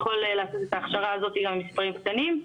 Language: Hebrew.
ניתן לעשות את ההכשרה האת עם מספרים קטנים.